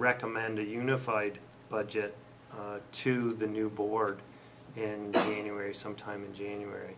recommend a unified budget to the new board and anyway sometime in january